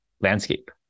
landscape